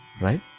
right